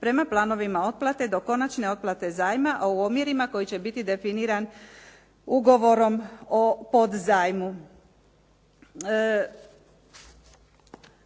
prema planovima otplate do konačne otplate zajma, a u omjerima koji će biti definiran ugovorom o podzajmu.